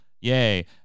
Yay